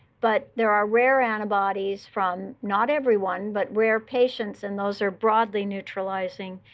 but there are rare antibodies from, not everyone, but rare patients. and those are broadly neutralizing,